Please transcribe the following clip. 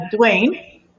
Dwayne